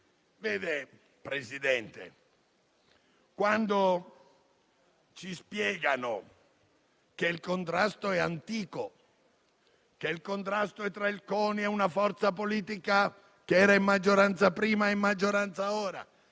Presidente, quando ci spiegano che il contrasto è antico, che il contrasto è tra il CONI e una forza politica che era in maggioranza prima ed è in maggioranza ora,